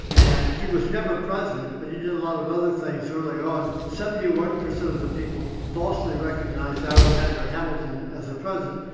and he was never president but he did a lot of other things early on, and seventy one percent of the people falsely recognised alexander hamilton as a president,